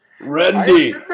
Randy